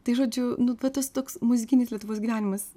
tai žodžiu nu bet tas toks muzikinis lietuvos gyvenimas